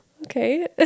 Okay